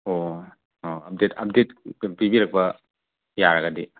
ꯑꯣ ꯑꯣ update update ꯄꯤꯕꯤꯔꯛꯄ ꯌꯥꯔꯒꯗꯤ